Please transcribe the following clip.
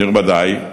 נכבדי,